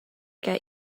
get